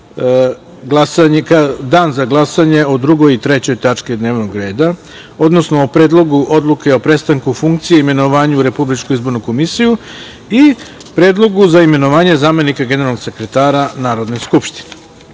dan za glasanje o 2. i 3. tački dnevnog reda, odnosno o Predlogu odluke o prestanku funkcije i imenovanju u Republičku izbornu komisiju i Predlogu za imenovanje zamenika generalnog sekretara Narodne skupštine. Poštovane